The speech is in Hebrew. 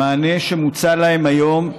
המענה שמוצע להם היום,